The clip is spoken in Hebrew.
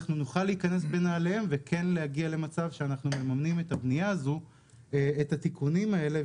נוכל להיכנס בנעליהן וכן להגיע למצב שאנחנו מממנים את התיקונים האלה,